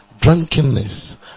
drunkenness